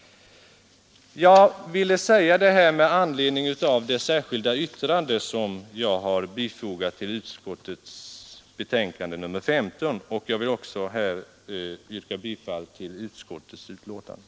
Jag har velat säga detta med anledning av det särskilda yttrande som jag har fogat till utskottets betänkande nr 15. Jag vill yrka bifall till utskottets hemställan.